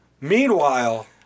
Meanwhile